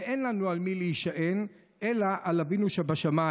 ואין לנו על מי להישען אלא על אבינו שבשמיים.